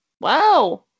Wow